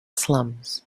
slums